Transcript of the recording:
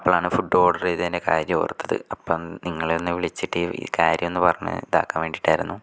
അപ്പോഴാണ് food order ചെയ്തതിൻ്റെ കാര്യം ഓർത്തത് അപ്പം നിങ്ങളെയൊന്ന് വിളിച്ചിട്ട് ഈ കാര്യം ഒന്ന് പറഞ്ഞ് ഇതാക്കാൻ വേണ്ടിയിട്ടായിരുന്നു